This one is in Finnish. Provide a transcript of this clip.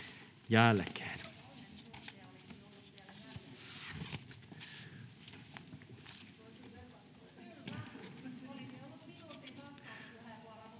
Tälläkään